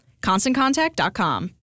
ConstantContact.com